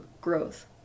growth